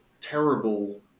terrible